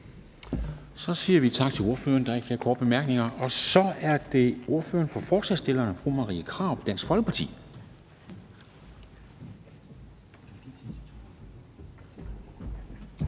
Så siger vi tak til ordføreren. Der er ikke flere korte bemærkninger. Så er det ordføreren for forslagsstillerne, fru Marie Krarup, Dansk Folkeparti.